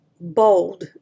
BOLD